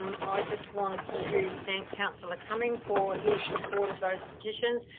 um i just want to thank councillor cumming for his support of those petitions.